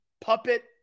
Puppet